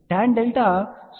tan delta 0